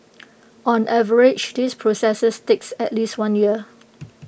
on average this processes takes at least one year